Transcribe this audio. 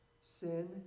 Sin